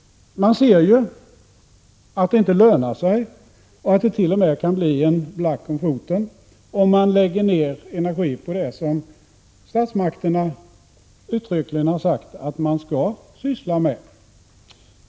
Man ser ju att det inte lönar sig och t.o.m. kan bli en black om foten om man lägger ner energi på det som statsmakterna uttryckligen har sagt att man skall syssla med.